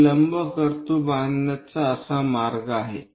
हे लंबवर्तुळाकार बांधण्याचा असा मार्ग आहे